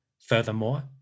Furthermore